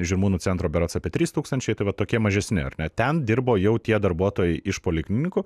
žirmūnų centro berods apie trys tūkstančiai tai vat tokie mažesni ar ne ten dirbo jau tie darbuotojai iš poliklinikų